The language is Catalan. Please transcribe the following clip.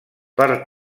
per